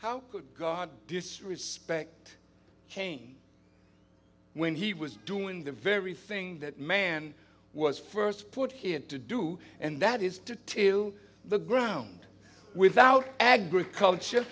how could god disrespect cain when he was doing the very thing that man was first put here to do and that is to till the ground without agriculture